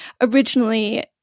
originally